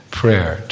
prayer